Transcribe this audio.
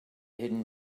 hidden